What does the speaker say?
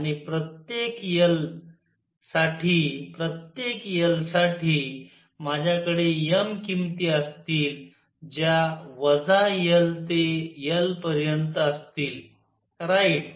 आणि प्रत्येक l साठी प्रत्येक l साठी माझ्याकडे m किमती असतील ज्या वजा l ते l पर्यंत असतील राईट